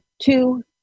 two